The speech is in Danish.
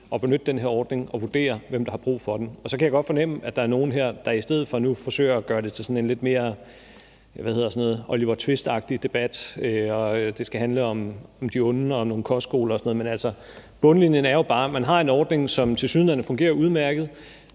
at benytte den her ordning og vurdere, hvem der har brug for den. Jeg kan godt fornemme at der er nogle her, der i stedet for nu forsøger at gøre det sådan en lidt mere Oliver Twist-agtig debat, hvor det skal handle om de unge og nogle kostskoler og sådan noget. Men bundlinjen er jo bare, at man har en ordning, som tilsyneladende fungerer udmærket,